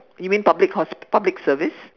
you mean public hospital public service